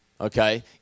Okay